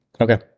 Okay